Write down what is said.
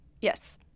Yes